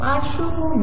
पार्श्वभूमी